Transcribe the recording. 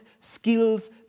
skills